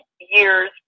years